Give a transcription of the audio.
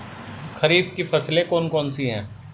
खरीफ की फसलें कौन कौन सी हैं?